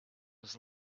was